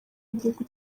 igihugu